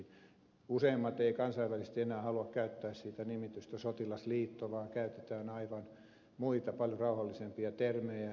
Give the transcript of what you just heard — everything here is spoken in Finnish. useimmat eivät kansainvälisesti enää halua käyttää siitä nimitystä sotilasliitto vaan käytetään aivan muita paljon rauhallisempia termejä